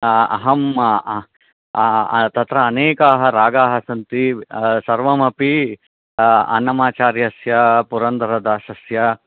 अहम् तत्र अनेकाः रागाः सन्ति सर्वम् अपि अन्नमाचार्यस्य पुरन्दरदासस्य